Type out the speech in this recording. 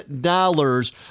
dollars